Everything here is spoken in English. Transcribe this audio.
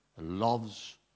loves